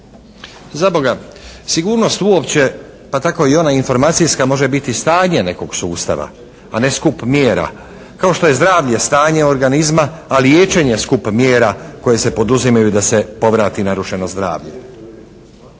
standarda. Sigurnost uopće pa tako i ona informacijska može biti stanje nekog sustava a ne skup mjera, kao što je zdravlje stanje organizma a liječenje skup mjera koje se poduzimaju da se povrati narušeno zdravlje.